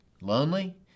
lonely